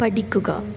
പഠിക്കുക